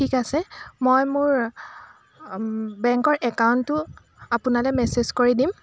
ঠিক আছে মই মোৰ বেংকৰ একাউণ্টটো আপোনালৈ মেছেজ কৰি দিম